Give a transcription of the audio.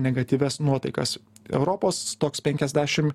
negatyvias nuotaikas europos toks penkiasdešim